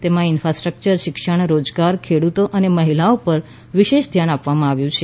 તેમાં ઇન્ફાસ્ટ્રક્યર શિક્ષણ રોજગાર ખેડુતો અને મહિલાઓ પર વિશેષ ધ્યાન આપવામાં આવ્યું છે